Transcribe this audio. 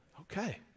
Okay